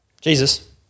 Jesus